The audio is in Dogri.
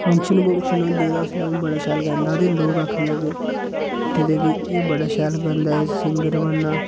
फंक्शन फुंक्शन होंदे हे ते उसलै अ'ऊं बड़ा शैल गांदा हा ते लोग आखन लगे दे कि एह् बड़ा शैल गांदा इस सिंगर बनना